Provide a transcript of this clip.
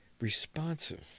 responsive